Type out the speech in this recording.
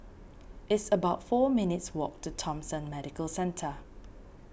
it's about four minutes' walk to Thomson Medical Centre